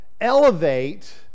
elevate